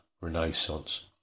renaissance